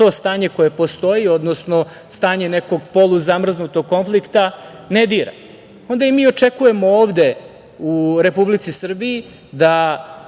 to stanje koje postoji, odnosno stanje nekog poluzamrznutog konflikta ne dira. Onda i mi očekujemo ovde u Republici Srbiji da